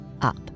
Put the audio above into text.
up